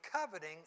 coveting